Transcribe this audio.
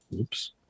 Oops